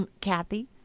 Kathy